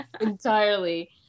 entirely